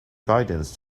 guidance